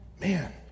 Man